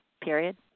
period